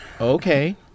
Okay